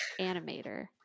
animator